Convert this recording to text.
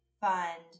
fund